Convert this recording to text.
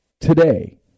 today